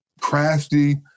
crafty